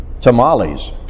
tamales